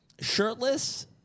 shirtless